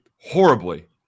horribly